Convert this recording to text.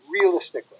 realistically